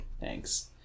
Thanks